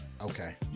Okay